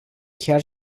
chiar